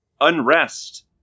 unrest